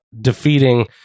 defeating